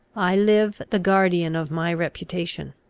i live the guardian of my reputation.